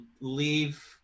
leave